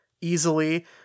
easily